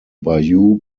bayou